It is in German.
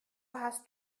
hast